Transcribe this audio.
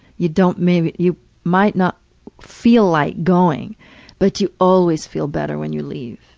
you don't maybe you might not feel like going but you always feel better when you leave.